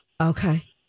Okay